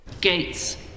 Gates